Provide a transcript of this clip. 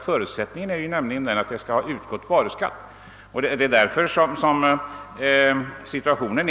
Förutsättningen är nämligen att varuskatt har utgått.